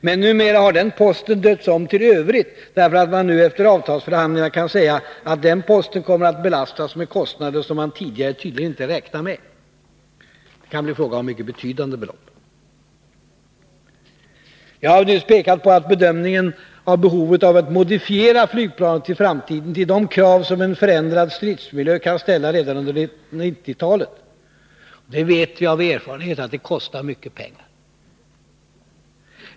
Men numera har den posten döpts om till Övrigt, därför att man efter avtalsförhandlingarna kan säga att den posten kommer att belastas med kostnader som man tidigare inte räknade med. Det kan bli fråga om mycket betydande belopp. Jag har nyss pekat på behovet av att modifiera flygplanet i framtiden till de krav som en förändrad stridsmiljö kan ställa redan under 1990-talet. Vi vet av erfarenhet att sådant kostar mycket pengar.